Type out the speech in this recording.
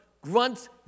grunts